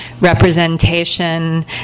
representation